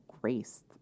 grace